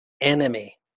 enemy